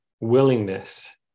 willingness